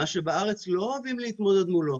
מה שבארץ לא אוהבים להתמודד מולו.